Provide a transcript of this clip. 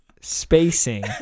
spacing